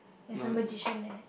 there's a magician there